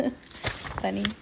Funny